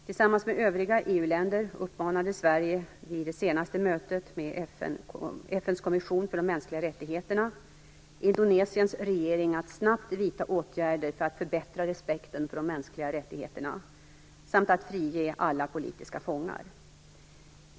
Tillsammans med övriga EU-länder uppmanade Sverige vid det senaste mötet med FN:s kommission för de mänskliga rättigheterna Indonesiens regering att snabbt vidta åtgärder för att förbättra respekten för de mänskliga rättigheterna samt att frige alla politiska fångar.